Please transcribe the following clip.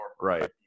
Right